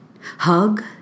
hug